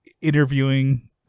interviewing